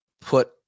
put